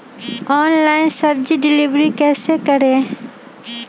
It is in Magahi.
ऑनलाइन सब्जी डिलीवर कैसे करें?